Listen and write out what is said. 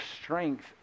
strength